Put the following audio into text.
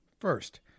first